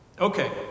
Okay